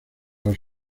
los